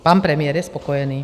Pan premiér je spokojený.